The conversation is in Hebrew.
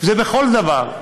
זה בכל דבר,